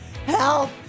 help